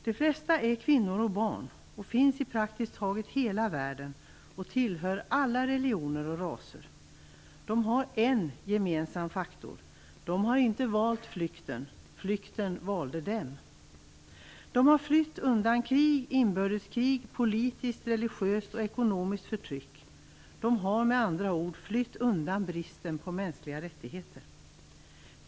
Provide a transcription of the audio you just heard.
De flesta är kvinnor och barn, och de finns i praktiskt taget hela världen och tillhör alla religioner och raser. De har en gemensam faktor. De har inte valt flykten. Flykten valde dem. De har flytt undan krig, inbördeskrig och politiskt, religiöst och ekonomiskt förtryck. De har med andra ord flytt undan bristen på mänskliga rättigheter.